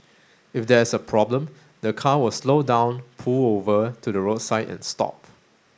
if there's a problem the car will slow down pull over to the roadside and stop